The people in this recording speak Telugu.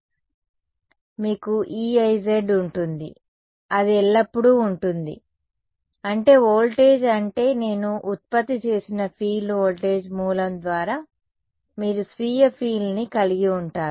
కాబట్టి మీకు Eiz ఉంటుంది అది ఎల్లప్పుడూ ఉంటుంది అంటే వోల్టేజ్ అంటే నేను ఉత్పత్తి చేసిన ఫీల్డ్ వోల్టేజ్ సోర్స్ ద్వారా మీరు స్వీయ ఫీల్డ్ని కలిగి ఉంటారు